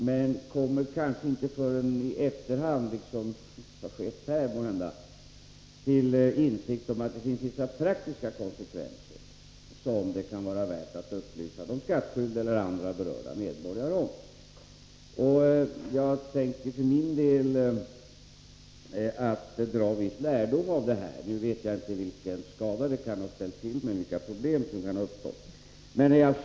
De kommer kanske inte förrän i efterhand — liksom måhända har skett här — till insikt om att det finns vissa praktiska konsekvenser som det kan vara värt att upplysa de skattskyldiga eller andra berörda medborgare om. Jag tänker för min del dra en viss lärdom av det här. Nu vet jag inte vilken skada det kan ha ställt till med, vilka problem som kan ha uppstått.